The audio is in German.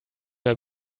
bei